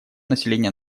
население